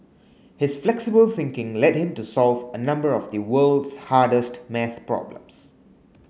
his flexible thinking led him to solve a number of the world's hardest maths problems